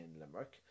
Limerick